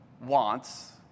wants